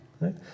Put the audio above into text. right